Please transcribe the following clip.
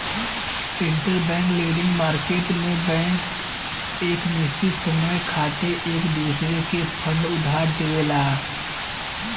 interbank lending market में bank एक निश्चित समय खातिर एक दूसरे के फंड उधार देवला